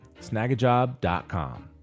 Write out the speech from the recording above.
Snagajob.com